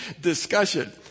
discussion